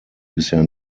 bisher